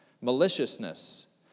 maliciousness